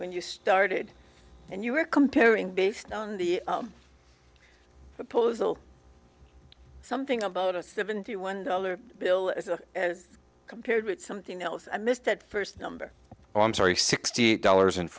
when you started and you were comparing based on the proposal something about a seventy one dollar bill as compared with something else i missed that first number i'm sorry sixty eight dollars and